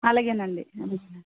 అలాగేనండి అలాగే